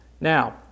Now